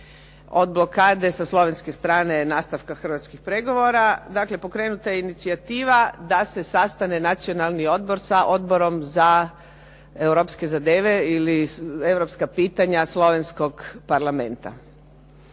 od blokade sa Slovenske strane nastavka hrvatskih pregovora. Dakle, pokrenuta je inicijativa da se sastane Nacionalni odbor sa Odborom za europske zadeve ili europska pitanja Slovenskog parlamenta.